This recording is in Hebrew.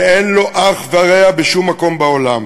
שאין לו אח ורע בשום מקום בעולם.